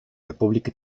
república